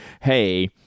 hey